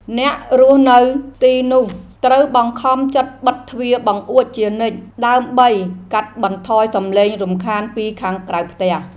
អ្នករស់នៅទីនោះត្រូវបង្ខំចិត្តបិទទ្វារបង្អួចជានិច្ច ដើម្បីកាត់បន្ថយសំឡេងរំខានពីខាងក្រៅផ្ទះ។